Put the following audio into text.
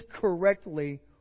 correctly